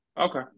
Okay